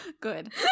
Good